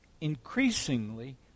increasingly